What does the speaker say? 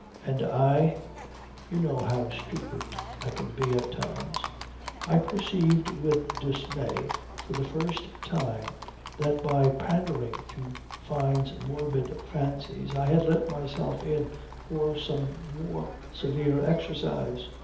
and i you know how stupid i can be at times i perceived with dismay for the first time that by pandering to fyne's morbid fancies i had let myself in for some more severe exercise.